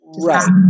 Right